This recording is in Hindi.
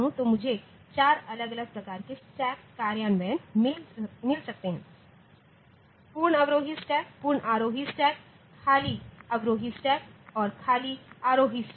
तो मुझे चार अलग अलग प्रकार के स्टैक कार्यान्वयन मिल सकते हैं पूर्ण अवरोही स्टैक पूर्ण आरोही स्टैक खाली अवरोही स्टैक और खाली आरोही स्टैक